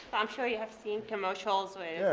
i'm sure you have seen commercials where, yeah